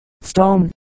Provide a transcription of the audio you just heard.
stone